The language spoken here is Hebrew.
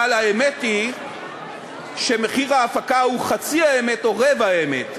אבל האמת היא שמחיר ההפקה הוא חצי האמת או רבע האמת,